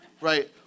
right